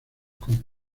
con